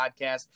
Podcast